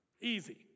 Easy